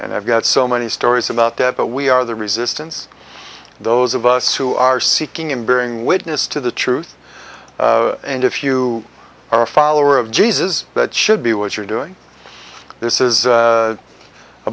and i've got so many stories about that but we are the resistance those of us who are seeking and bearing witness to the truth and if you are a follower of jesus that should be what you're doing this is